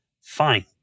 fine